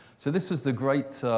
so this is the great,